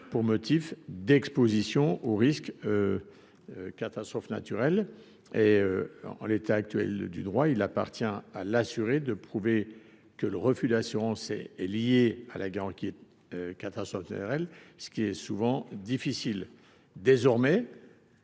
pour motif d’exposition au risque de catastrophe naturelle. En l’état actuel du droit, il appartient à l’assuré de prouver que le refus d’assurance est dû à la garantie catastrophe naturelle, ce qui est souvent difficile. Désormais,